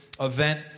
event